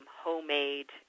homemade